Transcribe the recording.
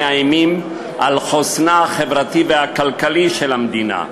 המאיימים על חוסנה החברתי והכלכלי של המדינה,